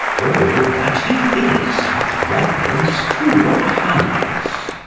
all that he is hath reference to your highness.